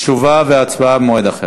תשובה והצבעה במועד אחר.